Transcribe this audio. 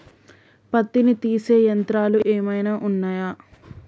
పత్తిని తీసే యంత్రాలు ఏమైనా ఉన్నయా?